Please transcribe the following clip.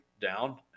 down